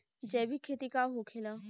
जैविक खेती का होखेला?